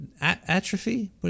atrophy